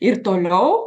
ir toliau